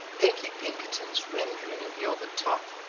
pinkie pinkerton's rendering of you're the top.